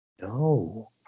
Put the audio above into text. No